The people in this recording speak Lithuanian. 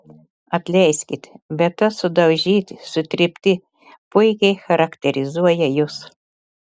atleiskit bet tas sudaužyti sutrypti puikiai charakterizuoja jus